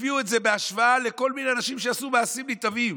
הביאו את זה בהשוואה לכל מיני אנשים שעשו מעשים נתעבים.